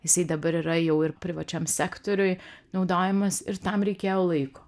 jisai dabar yra jau ir privačiam sektoriui naudojamas ir tam reikėjo laiko